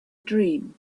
dream